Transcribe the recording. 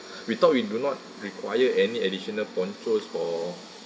we thought we do not require any additional ponchos for